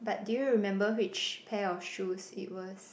but do you remember which pair of shoes it was